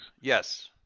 yes